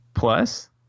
plus